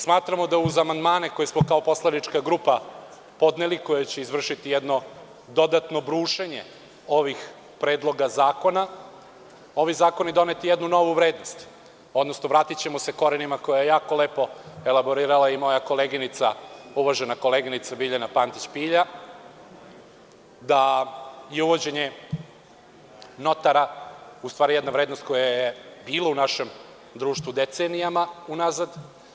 Smatramo da uz amandmane koje smo kao poslanička grupa podneli, koje će izvršiti jedno dodatno brušenje ovih predloga zakona, ovi zakoni doneti jednu novu vrednost, odnosno vratićemo se korenima koje je jako lepo elaborirala i moja koleginica Biljana Pantić Pilja, da je uvođenje notara u stvari jedna vrednost koja je bila u našem društvu decenijama unazad.